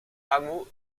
hameau